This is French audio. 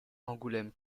angoulême